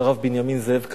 את הרב בנימין זאב כהנא,